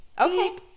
Okay